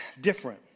different